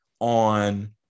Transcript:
on